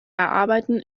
erarbeiten